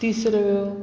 तिसऱ्यो